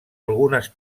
algunes